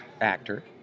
actor